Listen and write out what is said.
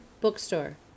Bookstore